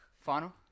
Final